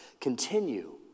continue